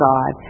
God